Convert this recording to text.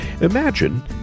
imagine